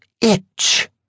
itch